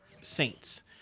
Saints